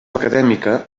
acadèmica